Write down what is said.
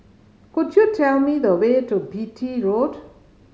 could you tell me the way to Beatty Road